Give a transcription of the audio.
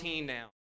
now